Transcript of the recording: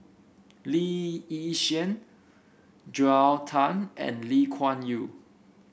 Lee Yi Shyan Joel Tan and Lee Kuan Yew